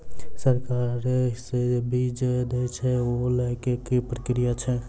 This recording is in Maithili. सरकार जे बीज देय छै ओ लय केँ की प्रक्रिया छै?